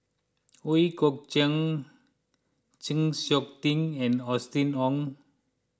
Ooi Kok Chuen Chng Seok Tin and Austen Ong